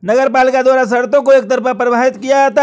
नगरपालिका द्वारा शर्तों को एकतरफा परिभाषित किया जाता है